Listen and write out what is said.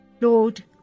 Lord